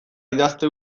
idazte